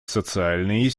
социальные